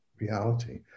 reality